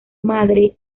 madre